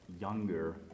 younger